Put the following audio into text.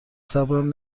صبرم